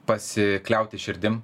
pasikliauti širdim